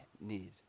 need